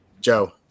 joe